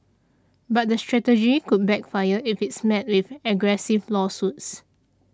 but the strategy could backfire if it's met with aggressive lawsuits